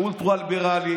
שהוא אולטרה ליברלי,